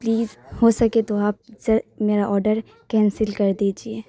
please ہو سکے تو آپ سے میرا آرڈر کینسل کر دیجیے